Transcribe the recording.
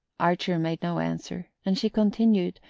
archer made no answer, and she continued,